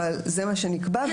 אבל זה מה שנקבע.